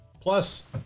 Plus